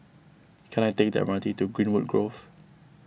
can I take the M R T to Greenwood Grove